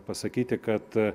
pasakyti kad